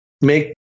make